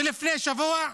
לפני שבוע,